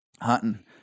hunting